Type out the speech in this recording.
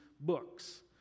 books